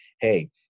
Hey